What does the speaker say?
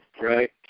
right